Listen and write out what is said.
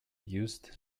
used